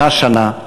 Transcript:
שנה-שנה,